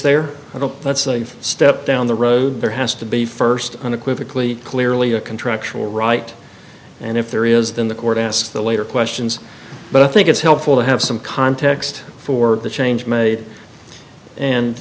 there i don't that's a step down the road there has to be first unequivocally clearly a contractual right and if there is then the court asks the later questions but i think it's helpful to have some context for the change made and